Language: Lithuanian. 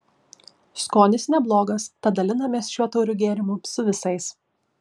skonis neblogas tad dalinamės šiuo tauriu gėrimu su visais